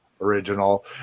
original